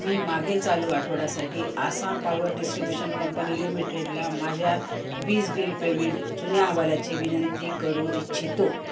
मी मागील चालू आठवड्यासाठी आसाम पावर डिस्ट्रीब्युशन कंपनी लिमिटेडला माझ्या वीज बिल पेमेंट जुन्या अहवालाची विनंती करू इच्छितो